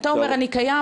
אתה אומר אני קיים,